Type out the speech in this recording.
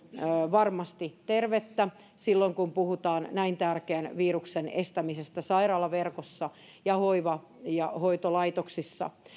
varmasti tervettä silloin kun puhutaan näin tärkeän viruksen estämisestä sairaalaverkossa ja hoiva ja hoitolaitoksissa